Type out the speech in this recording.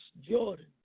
Jordan